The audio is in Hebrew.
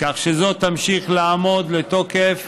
כך שזו תמשיך לעמוד בתוקף